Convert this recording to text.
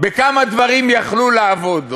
בכמה דברים היו יכולים לעבוד.